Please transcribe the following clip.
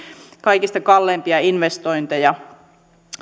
kaikista kalleimpia investointeja